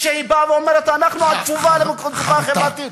שהיא באה ואומרת: אנחנו התשובה למצוקה החברתית,